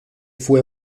fue